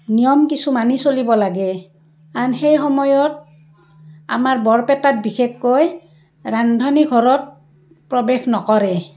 নিয়ম কিছু মানি চলিব লাগে আন সেই সময়ত আমাৰ বৰপেটাত বিশেষকৈ ৰান্ধনিঘৰত প্ৰৱেশ নকৰে